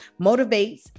motivates